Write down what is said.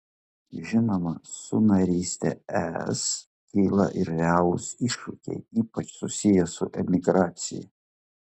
žinoma su naryste es kyla ir realūs iššūkiai ypač susiję su emigracija